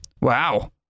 Wow